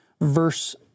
Verse